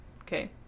Okay